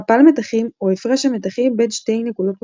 מפל מתחים הוא הפרש המתחים בין שתי נקודות במעגל.